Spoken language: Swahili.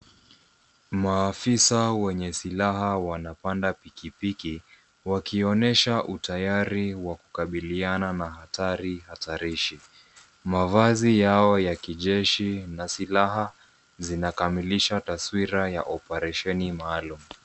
Maafisa wenye silaha wanapanda pikipiki wakionyesha utayari wa kukabiliana na hatari hatarishi. Mavazi yao ya kijeshi na silaha zinakamilisha taswira ya operesheni maalum.